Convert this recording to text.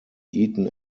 eaten